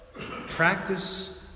Practice